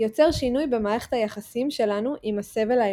יוצר שינוי במערכת היחסים שלנו עם הסבל האנושי.